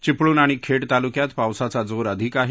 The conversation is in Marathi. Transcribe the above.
चिपळूण आणि खेड तालुक्यात पावसाचा जोर अधिक आहे